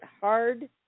hard